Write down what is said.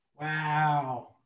Wow